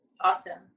awesome